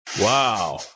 Wow